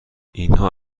اینها